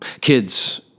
Kids